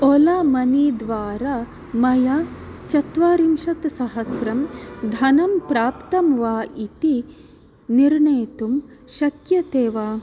Ola money द्वारा मया चत्वारिंशत्सहस्रं धनं प्राप्तं वा इति निर्णेतुं शक्यते वा